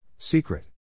Secret